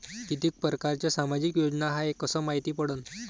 कितीक परकारच्या सामाजिक योजना हाय कस मायती पडन?